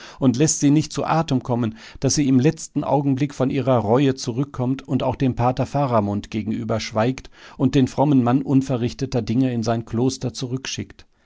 und läßt sie nicht zu atem kommen daß sie im letzten augenblick von ihrer reue zurückkommt und auch dem pater faramund gegenüber schweigt und den frommen mann unverrichteter dinge in sein kloster zurückschickt